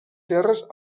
terres